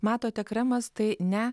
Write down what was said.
matote kremas tai ne